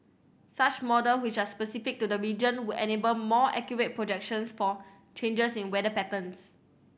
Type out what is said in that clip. such models which are specific to the region would enable more accurate projections for changes in weather patterns